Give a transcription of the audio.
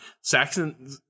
saxon